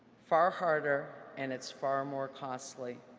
far harder and it's far more costly,